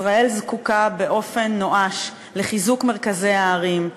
ישראל זקוקה באופן נואש לחיזוק מרכזי הערים,